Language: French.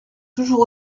toujours